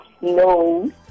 No